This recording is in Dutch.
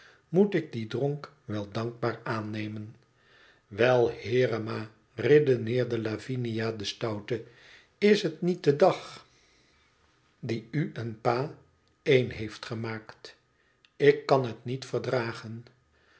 moet ik dien dronk wel dankbaar aannemen wel heere ma redeneerde lavinia de stoute is het niet de dag die u en pa één heeft gemaakt ik kan het niet verdragen